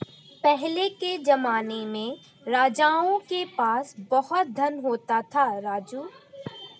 पहले के जमाने में राजाओं के पास बहुत धन होता था, राजू